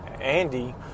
Andy